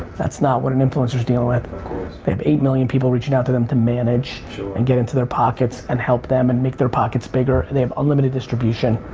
that's not what an influencer is doing. they have eight million people reaching out to them to manage and get into their pockets and help them and make their pockets bigger. they have unlimited distribution.